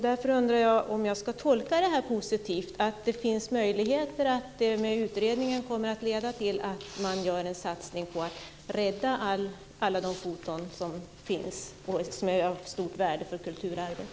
Därför undrar jag om jag ska tolka det positivt och om det finns möjligheter att utredningen leder till en satsning på att rädda alla de foton som finns och som är av stort värde för kulturarvet.